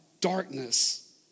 darkness